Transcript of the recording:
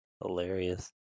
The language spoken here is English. Hilarious